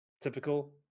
typical